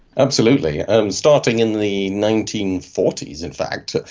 absolutely. and starting in the nineteen forty s in fact,